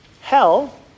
hell